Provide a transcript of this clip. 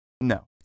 No